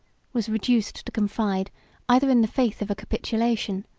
was reduced to confide either in the faith of a capitulation,